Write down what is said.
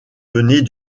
données